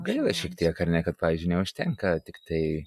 galioja šiek tiek ar ne kad pavyzdžiui neužtenka tiktai